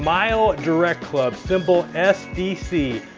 smiledirectclub, symbol sdc,